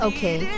Okay